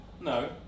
No